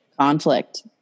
conflict